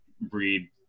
breed